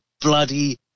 bloody